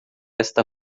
esta